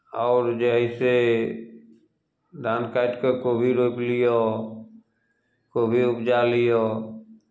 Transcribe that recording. आओर जे हइ से धान काटि कऽ कोबी रोपि लियौ कोबी उपजा लियौ